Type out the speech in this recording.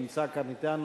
נמצא כאן אתנו,